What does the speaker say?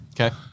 Okay